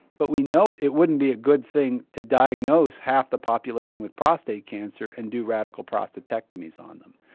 but we know it wouldn't be a good thing to diagnose half the population with prostate cancer and do radical prostatectomies on them.